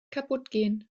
kaputtgehen